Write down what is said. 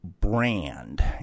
brand